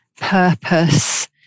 purpose